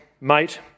mate